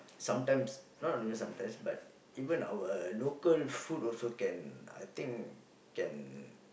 sometimes not even sometimes but even our local food also can I think can